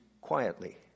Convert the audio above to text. quietly